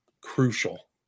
crucial